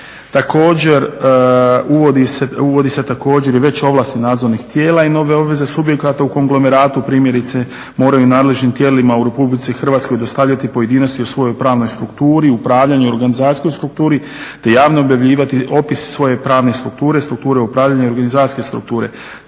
Također uvodi se također i veće ovlasti nadzornih tijela i nove obveze subjekata u konglomeratu primjerice moraju nadležnim tijelima u Republici Hrvatskoj dostavljati pojedinosti o svojoj pravnoj strukturi, upravljanju, organizacijskoj strukturi, te javno objavljivati opis svoje pravne strukture, strukture upravljanja i organizacijske strukture.